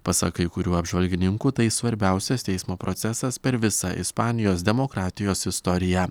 pasak kai kurių apžvalgininkų tai svarbiausias teismo procesas per visą ispanijos demokratijos istoriją